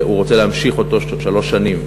והוא רוצה להמשיך שלוש שנים,